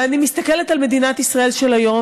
ואני מסתכלת על מדינת ישראל של היום,